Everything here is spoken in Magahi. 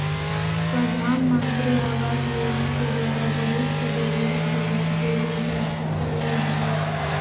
प्रधानमंत्री आवास योजना के द्वारा बहुत से गरीबन के घर देवल जा चुक लय है